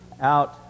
out